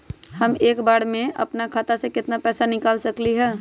हम एक बार में अपना खाता से केतना पैसा निकाल सकली ह?